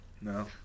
No